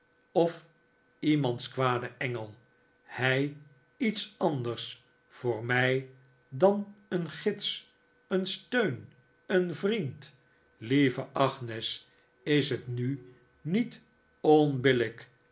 of iemands kwade engel hij iets anders voor mij dan een gids een steun een vriend lieve agnes is het nu niet